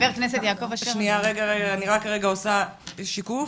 אני עושה שיקוף.